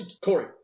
Corey